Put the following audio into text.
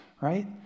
Right